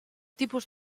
tipus